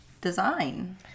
design